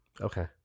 okay